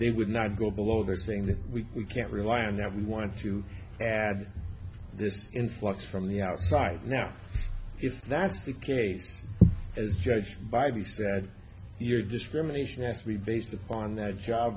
they would not go below the things that we can't rely on that we want to add this influx from the outside now if that's the case as judged by the sad your discrimination has to be based upon that job